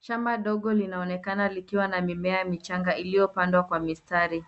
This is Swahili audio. Shamba ndogo linaonekana likiwa na mimea michanga iliyopandwa kwa mistari.